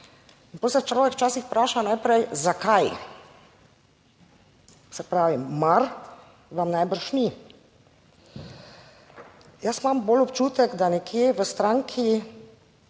In potem se človek včasih vpraša najprej zakaj - saj pravim, mar vam najbrž ni. Jaz imam bolj občutek, da nekje v stranki